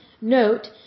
Note